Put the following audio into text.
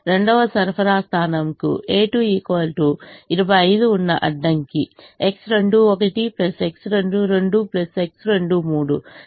రెండవ సరఫరా స్థానంకు a2 25 ఉన్న అడ్డంకి X21 X22 X23 ≤ 25 అవుతుంది